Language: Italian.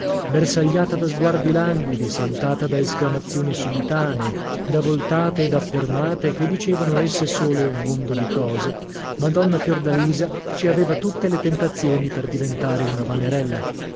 bersagliata da sguardi languidi salutata da esclamazioni subitanee da voltate e da fermate che dicevano esse sole un mondo di cose madonna fiordalisa ci aveva tutte le tentazioni per diventare una vanerella e